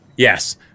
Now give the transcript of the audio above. Yes